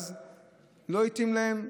שלא התאים להם,